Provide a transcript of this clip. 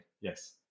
Yes